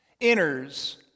enters